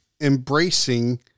embracing